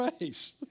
race